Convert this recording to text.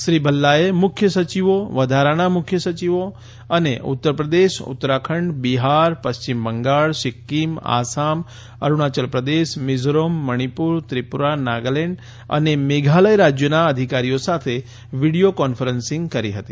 શ્રી ભલ્લાએ મુખ્યસચિવો વધારાના મુખ્યસચિવો અને ઉતરપ્રદેશ ઉત્તરાખંડ બિહાર પશ્ચિમબંગાળ સિક્કિમ આસામસ અરૂણાચલ પ્રદેશ મિઝોરમ મણિપુર ત્રિપુરા નાગાલેન્ઠ અને મેઘાલયા રાજ્યોના અધિકારીઓ સાથે વિડિયો કોન્ફરન્સીંગ કરી હતી